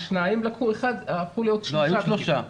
יש שניים, לקחו אחד --- לא, היו שלושה.